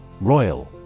Royal